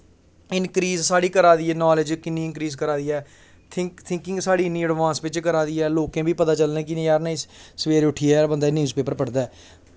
increase साढ़ी करा दी ऐ नॉलेज कि'न्नी इंक्रीज करा दी ऐ थिंकिंग साढ़ी इ'न्नी एडवांस बिच करा दी ऐ कि लोकें गी बी पता चलना कि निं यार सबैह्रे उट्ठियै बंदा न्यूज़ पेपर पढ़दा ऐ